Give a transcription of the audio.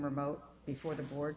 remote before the board